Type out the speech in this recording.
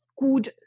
good